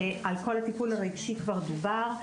על כל הטיפול הרגשי כבר דובר,